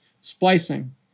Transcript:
splicing